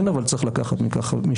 כן אבל צריך לקחת משם,